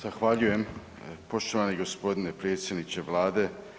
Zahvaljujem poštovani gospodine predsjedniče Vlade.